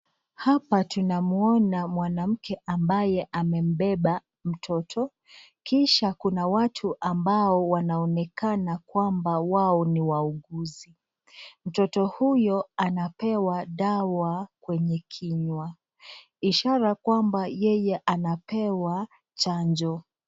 Hapa tunamuona mwanamke ambaye amembeba mtoto. Kisha kuna watu ambao wanaonekana kwamba wao ni wauguzi. Mtoto huyo anapewa dawa kwenye kinywa. Ishara kwamba yeye anapewa chanjo.